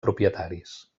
propietaris